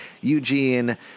Eugene